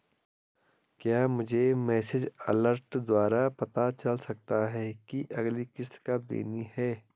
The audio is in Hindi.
क्या मुझे मैसेज अलर्ट द्वारा पता चल सकता कि अगली किश्त कब देनी है?